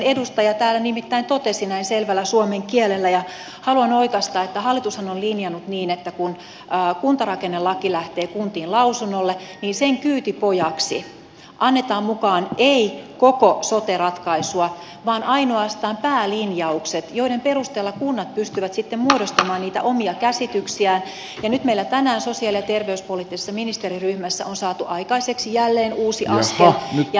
edustaja täällä nimittäin totesi näin selvällä suomen kielellä ja haluan oikaista että hallitushan on linjannut niin että kun kuntarakennelaki lähtee kuntiin lausunnolle niin sen kyytipojaksi annetaan mukaan ei koko sote ratkaisua vaan ainoastaan päälinjaukset joiden perusteella kunnat pystyvät sitten muodostamaan niitä omia käsityksiään ja nyt meillä tänään sosiaali ja terveyspoliittisessa ministeriryhmässä on saatu aikaiseksi jälleen uusi askel ja tämä askel